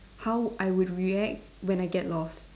how I would react when I get lost